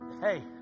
hey